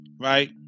right